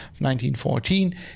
1914